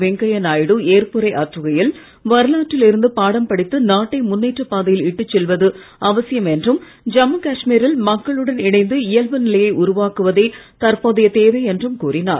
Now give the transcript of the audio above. வெங்கையா நாயுடு ஏற்புரை ஆற்றுகையில் வரலாற்றில் இருந்து பாடம் படித்து நாட்டை முன்னேற்றப் பாதையில் இட்டு செல்வது அவசியம் என்றும் ஜம்மு காஷ்மீரில் மக்களுடன் இணைந்து இயல்பு நிலையை உருவாக்குவதே தற்போதைய தேவை என்றும் கூறினார்